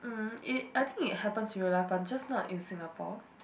mm it I think it happens in real life but just not in Singapore